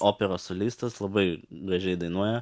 operos solistas labai gražiai dainuoja